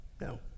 no